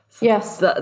Yes